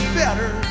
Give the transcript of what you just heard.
better